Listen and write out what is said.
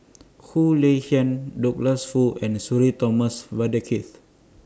Khoo Lay Hian Douglas Foo and Sudhir Thomas Vadaketh